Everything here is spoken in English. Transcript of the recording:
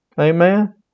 Amen